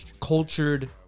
cultured